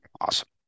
Awesome